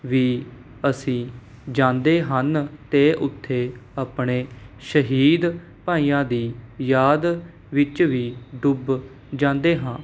ਵੀ ਅਸੀਂ ਜਾਂਦੇ ਹਨ ਅਤੇ ਉੱਥੇ ਆਪਣੇ ਸ਼ਹੀਦ ਭਾਈਆਂ ਦੀ ਯਾਦ ਵਿੱਚ ਵੀ ਡੁੱਬ ਜਾਂਦੇ ਹਾਂ